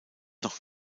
noch